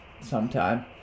sometime